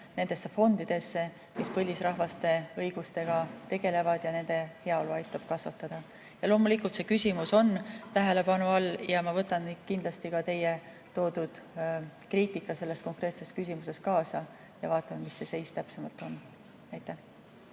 nendesse fondidesse, mis põlisrahvaste õigustega tegelevad ja nende heaolu aitavad kasvatada. Ja loomulikult, see küsimus on tähelepanu all. Ma võtan kindlasti ka teie toodud kriitika selles konkreetses küsimuses [arvesse] ja vaatame, mis see seis täpsemalt on. Aitäh,